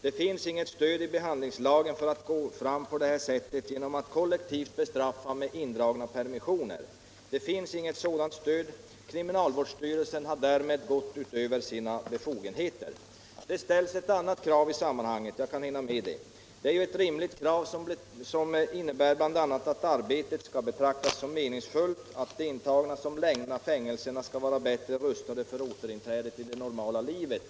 Det finns inget stöd i behandlingslagen för att gå fram på det sättet. Kriminalvårdsstyrelsen har därmed gått utöver sina befogenheter. Jag hinner med att ta upp ett annat krav som ställs i sammanhanget. Det handlar om att de intagnas arbete skall betraktas som meningsfullt och att de intagna när de lämnar fängelserna skall vara bättre rustade för återinträde i det normala livet.